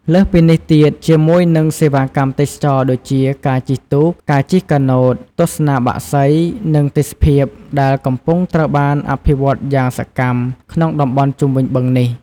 លើសពិនេះទៀតជាមួយនឹងសេវាកម្មទេសចរណ៍ដូចជា ការជិះទូក ការជិះកាណូត ទស្សនាបក្សី និងទេសភាព ដែលកំពុងត្រូវបានអភិវឌ្ឍន៍យ៉ាងសកម្មក្នុងតំបន់ជុំវិញបឹងនេះ។